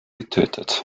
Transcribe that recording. getötet